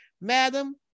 madam